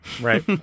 Right